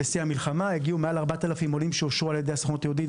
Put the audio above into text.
בשיא המלחמה הגיעו למעלה מ-4,000 עולים שאושרו על ידי הסוכנות היהודית